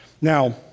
Now